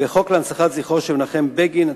והחוק להנצחת זכרו של מנחם בגין,